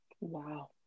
Wow